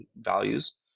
values